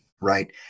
Right